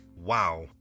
Wow